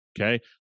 Okay